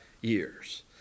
years